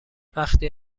وقتی